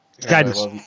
Guidance